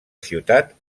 ciutat